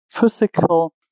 physical